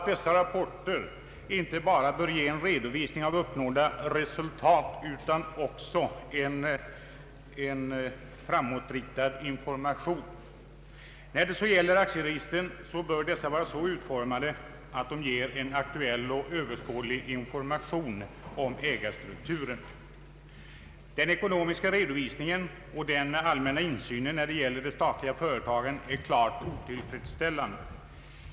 Dessa rapporter bör inte bara ge en redovisning av uppnådda resultat utan också en framåtriktad information. Aktieregistren bör vara så utformade att de ger en aktuell och överskådlig information om ägarstrukturen. Den ekonomiska redovisningen och den allmänna insynen när det gäller de statliga företagen är klart otillfredsställande.